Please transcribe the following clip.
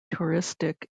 touristic